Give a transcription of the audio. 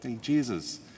Jesus